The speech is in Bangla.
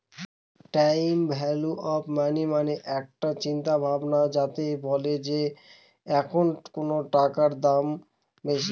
টাইম ভ্যালু অফ মানি মানে একটা চিন্তা ভাবনা যাতে বলে যে এখন কোনো টাকার দাম বেশি